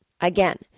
Again